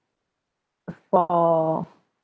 for